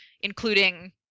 including